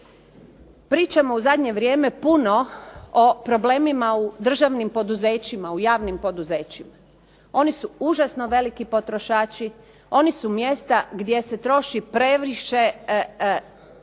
Pričamo u zadnje vrijeme puno o problemima u državnim poduzećima, u javnim poduzećima. Oni su užasno veliki potrošači, oni su mjesta gdje se troši previše